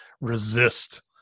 resist